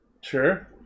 Sure